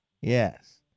Yes